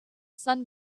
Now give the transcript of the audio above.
sun